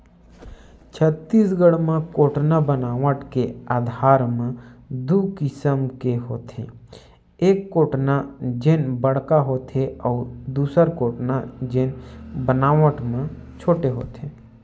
छत्तीसगढ़ म कोटना बनावट के आधार म दू किसम के होथे, एक कोटना जेन बड़का होथे अउ दूसर कोटना जेन बनावट म छोटे होथे